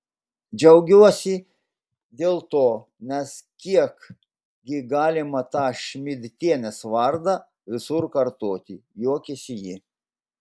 džiaugiuosi dėl to nes kiek gi galima tą šmidtienės vardą visur kartoti juokėsi ji